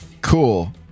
Cool